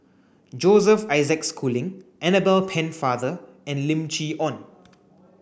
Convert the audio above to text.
Joseph Isaac Schooling Annabel Pennefather and Lim Chee Onn